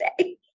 say